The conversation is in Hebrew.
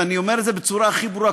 ואני אומר את זה בצורה הכי ברורה.